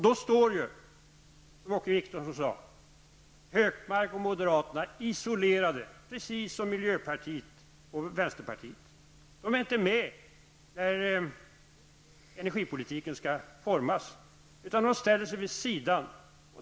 Då står, som Åke Wictorsson sade, Gunnar Hökmark och moderaterna isolerade, precis som miljöpartiet och vänsterpartiet. De är inte med när energipolitiken skall utformas, utan de ställer sig vid sidan.